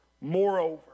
Moreover